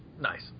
Nice